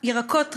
ירקות טריים,